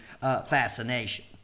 fascination